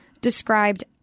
described